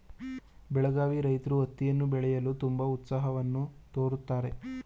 ಬೆಳಗಾವಿ ರೈತ್ರು ಹತ್ತಿಯನ್ನು ಬೆಳೆಯಲು ತುಂಬಾ ಉತ್ಸಾಹವನ್ನು ತೋರುತ್ತಾರೆ